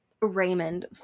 Raymond